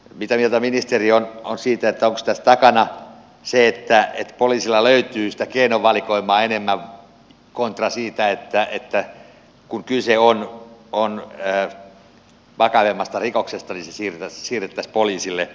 mitä mieltä ministeri on siitä onko tässä takana se että poliisilla löytyy sitä keinovalikoimaa enemmän kontra se että kun kyse on vakavammasta rikoksesta niin se siirrettäisiin poliisille